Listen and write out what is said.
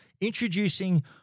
Introducing